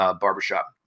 Barbershop